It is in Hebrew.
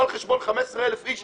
לא על חשבון 15,000 איש,